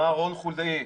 מר' רון חולדאי,